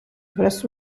presto